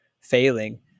failing